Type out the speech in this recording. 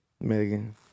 Megan